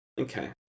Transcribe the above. Okay